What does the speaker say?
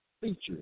features